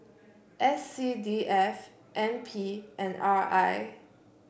S C D F N P and R I